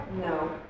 no